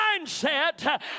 mindset